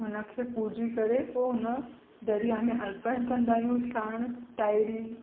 उनखे पूजी करे पोइ हुन दरिया में अर्पण कंदा आहियूं सांण ताहिरी